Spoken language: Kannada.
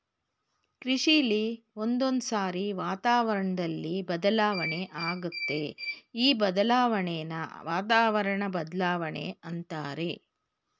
ಕೃಷಿಲಿ ಒಂದೊಂದ್ಸಾರಿ ವಾತಾವರಣ್ದಲ್ಲಿ ಬದಲಾವಣೆ ಆಗತ್ತೆ ಈ ಬದಲಾಣೆನ ವಾತಾವರಣ ಬದ್ಲಾವಣೆ ಅಂತಾರೆ